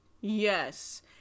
Yes